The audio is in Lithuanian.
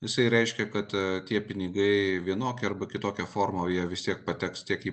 jisai reiškia kad tie pinigai vienokia arba kitokia forma jie vis tiek pateks tiek į